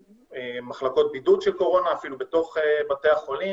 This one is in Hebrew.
במחלקות בידוד של קורונה, אפילו בתוך בתי החולים,